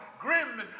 grim